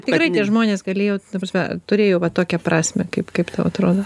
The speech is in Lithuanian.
tikrai tie žmonės galėjo ta prasme turėjo va tokią prasmę kaip kaip tau atrodo